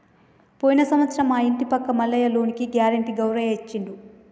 పోయిన సంవత్సరం మా ఇంటి పక్క మల్లయ్య లోనుకి గ్యారెంటీ గౌరయ్య ఇచ్చిండు